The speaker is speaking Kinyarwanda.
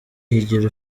higiro